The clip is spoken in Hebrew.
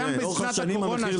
גם בשנת הקורונה,